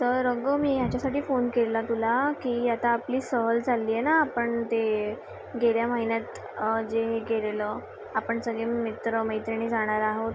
तर अगं मी ह्याच्यासाठी फोन केला तुला की आता आपली सहल चालली आहे ना आपण ते गेल्या महिन्यात हे जे गेलेलं आपण सगळे मित्रमैत्रिणी जाणार आहोत